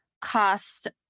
cost